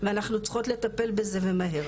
ואנחנו צריכות לטפל בזה ומהר.